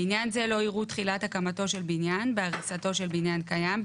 לעניין זה לא יראו תחילת הקמתו של בניין בהריסתו של בניין קיים,